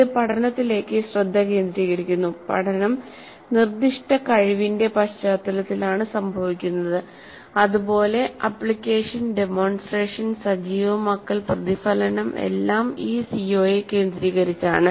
ഇത് പഠനത്തിലേക്ക് ശ്രദ്ധ കേന്ദ്രീകരിക്കുന്നു പഠനം നിർദ്ദിഷ്ട കഴിവിന്റെ പശ്ചാത്തലത്തിലാണ് സംഭവിക്കുന്നത്അതുപോലെ ആപ്ലിക്കേഷൻ ഡെമോൺസ്ട്രേഷൻ സജീവമാക്കൽ പ്രതിഫലനം എല്ലാം ഈ സിഒയെ കേന്ദ്രീകരിച്ചാണ്